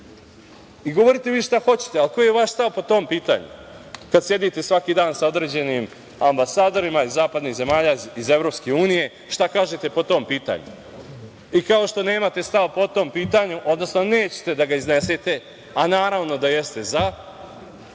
dana. Govorite vi šta hoćete, ali koji je vaš stav po tom pitanju, kad sedite svaki dan sa određenim ambasadorima iz zapadnih zemalja, iz EU, šta kažete po tom pitanju? I kao što nemate stav po tom pitanju, odnosno nećete da ga iznesete, a naravno da jeste "za",